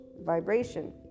vibration